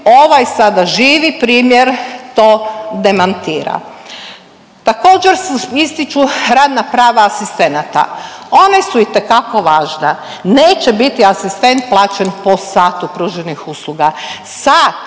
ovaj sada živi primjer to demantira. Također se ističu radna prava asistenata. Ona su itekako važna. Neće biti asistent plaće po satu pruženih usluga. Sat